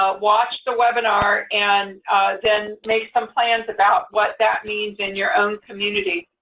ah watch the webinar, and then make some plans about what that means in your own community.